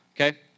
okay